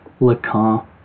Lacan